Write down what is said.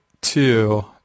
two